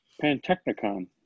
Pantechnicon